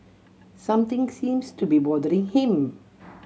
something seems to be bothering him